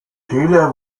taylor